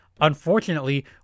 Unfortunately